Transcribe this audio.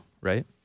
right